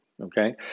okay